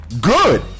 Good